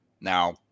Now